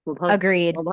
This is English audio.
agreed